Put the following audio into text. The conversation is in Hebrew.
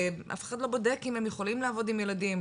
אף אחד לא בודק אם הם יכולים לעבוד עם ילדים,